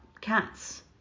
cats